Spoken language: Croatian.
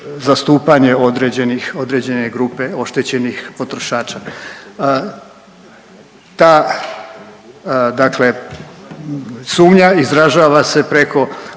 zastupanje određenih, određene grupe oštećenih potrošača. Ta dakle sumnja izražava se preko